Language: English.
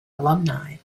alumni